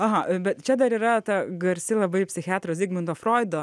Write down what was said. aha bet čia dar yra ta garsi labai psichiatro zigmundo froido